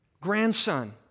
grandson